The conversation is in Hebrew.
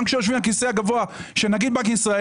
גם כשיושבים על הכיסא הגבוה של נגיד בנק ישראל